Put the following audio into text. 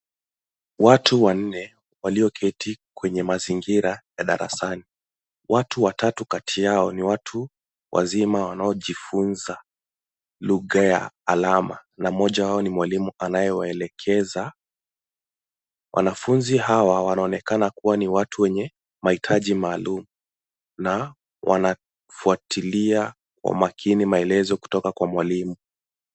Watu wanne, walioketi kwenye mazingira ya darasani. Watu watatu kati yao ni watu wazima wanaojifunza lugha ya alama na mmoja wao ni mwalimu anayewaelekeza. Wanafunzi hawa wanaonekana kuwa ni watu wenye mahitaji maalum na wanafuatilia kwa makini maelezo kutoka kwa mwalimu.